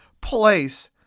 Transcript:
place